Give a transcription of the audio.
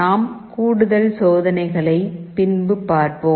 நாம் கூடுதல் சோதனைகளைப் பின்பு பார்ப்போம்